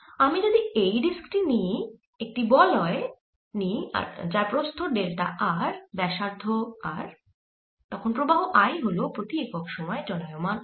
আমি যদি এই ডিস্ক টি দেখি একটি বলয় নিই যার প্রস্থ ডেল্টা r ব্যাসার্ধ r তখন প্রবাহ I হল প্রতি একক সময়ে চলায়মান আধান